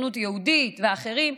בסוכנות היהודית ואחרים,